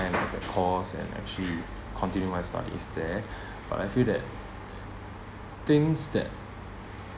higher NITEC course and actually continue my studies there but I feel that things that